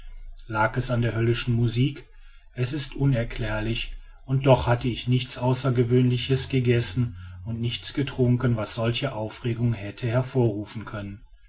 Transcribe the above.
lag es an der höllischen musik es ist unerklärlich und doch hatte ich nichts außergewöhnliches gegessen und nichts getrunken was solche aufregung hätte hervorrufen können